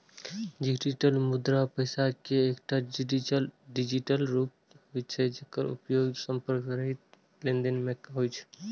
digital मुद्रा पैसा के एकटा डिजिटल रूप होइ छै, जेकर उपयोग संपर्क रहित लेनदेन मे होइ छै